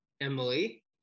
Emily